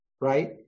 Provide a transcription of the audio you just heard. right